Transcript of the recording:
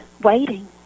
waiting